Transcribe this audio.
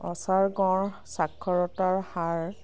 Archer গড় সাক্ষৰতাৰ হাৰ